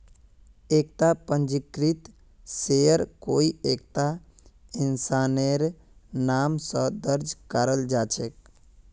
एकता पंजीकृत शेयर कोई एकता इंसानेर नाम स दर्ज कराल जा छेक